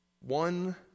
One